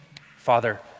Father